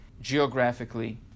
geographically